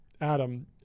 Adam